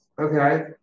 Okay